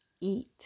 eat